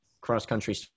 cross-country